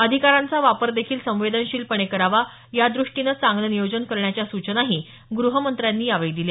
अधिकारांचा वापर देखील संवेदनाशीलपणे करावा याद्रष्टीने चांगले नियोजन करण्याच्या सूचनाही गृहमंत्र्यांनी यावेळी दिल्या